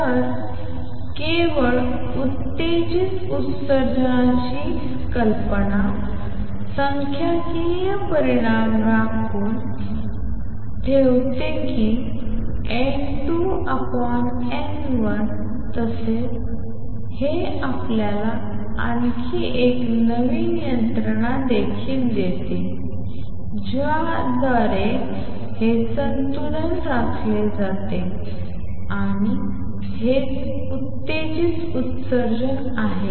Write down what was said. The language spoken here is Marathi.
तर केवळ उत्तेजित उत्सर्जनाची कल्पना सांख्यिकीय परिणाम राखून ठेवते की N2 N1 e ukT तसेच हे आपल्याला आणखी एक नवीन यंत्रणा देखील देते ज्याद्वारे हे संतुलन राखले जाते आणि हेच उत्तेजित उत्सर्जन आहे